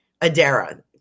Adara